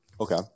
Okay